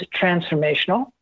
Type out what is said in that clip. transformational